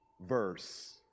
verse